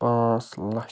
پانٛژھ لَچھ